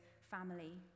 family